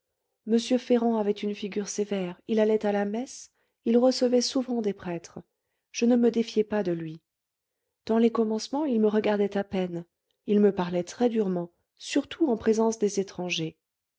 m ferrand avait une figure sévère il allait à la messe il recevait souvent des prêtres je ne me défiais pas de lui dans les commencements il me regardait à peine il me parlait très durement surtout en présence des étrangers